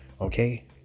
Okay